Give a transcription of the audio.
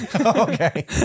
okay